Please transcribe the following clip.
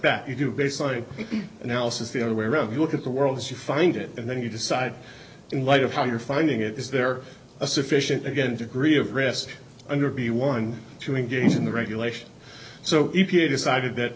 that you do bayside analysis the other wherever you look at the world as you find it and then you decide in light of how you're finding it is there a sufficient again degree of risk under be one to engage in the regulation so e p a decided that